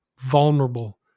vulnerable